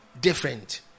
different